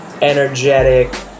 energetic